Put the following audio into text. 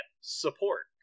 support